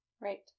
Right